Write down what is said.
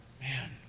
Man